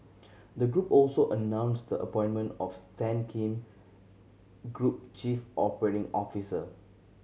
the group also announced the appointment of Stan Kim group chief operating officer